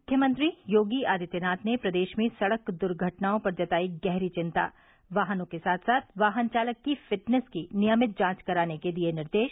मुख्यमंत्री योगी आदित्यनाथ ने प्रदेश में सड़क दुर्घटनाओं पर जताई गहरी चिंता वाहनों के साथ साथ वाहन चालक की फिटनेस की नियमित जांच कराने के दिये निर्देश